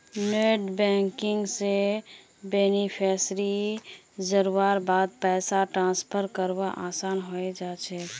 net banking स बेनिफिशियरीक जोड़वार बादे पैसा ट्रांसफर करवा असान है जाछेक